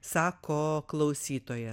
sako klausytoja